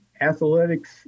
Athletics